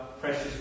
precious